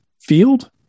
field